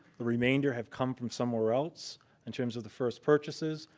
the remainder have come from somewhere else in terms the first purchases.